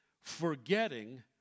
Forgetting